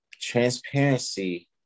Transparency